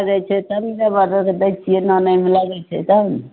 बुझै छै तब ने जब दै छियै आनैमे लगै छै तब ने